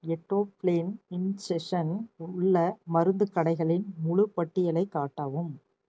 Etophylline இன்ஜெஷன் உள்ள மருந்துக் கடைகளின் முழு பட்டியலை காட்டவும்